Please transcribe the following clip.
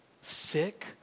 Sick